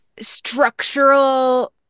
structural